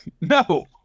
No